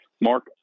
mark